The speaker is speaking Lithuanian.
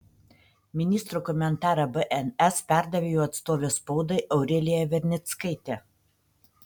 ministro komentarą bns perdavė jo atstovė spaudai aurelija vernickaitė